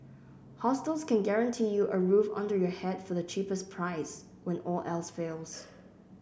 hostels can guarantee you a roof under your head for the cheapest price when all else fails